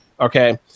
Okay